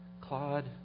Claude